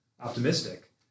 optimistic